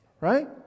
right